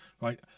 right